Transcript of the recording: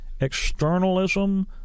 externalism